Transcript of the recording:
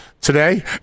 today